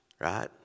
Right